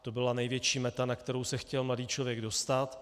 To byla největší meta, na kterou se chtěl mladý člověk dostat.